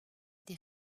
des